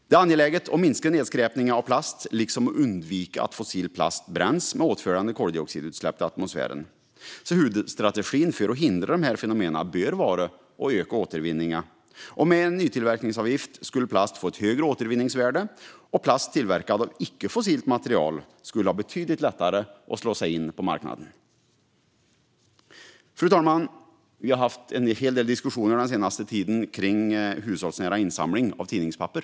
Det är angeläget att minska nedskräpningen av plast liksom att undvika att fossil plast bränns med åtföljande koldioxidutsläpp till atmosfären. Huvudstrategin för att hindra dessa fenomen bör vara att öka återvinningen. Med en nytillverkningsavgift skulle plast få ett högre återvinningsvärde, och plast tillverkad av icke fossilt material skulle ha betydligt lättare att slå sig in på marknaden. Fru talman! Vi har haft en hel del diskussioner den senaste tiden kring hushållsnära insamling av tidningspapper.